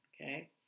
okay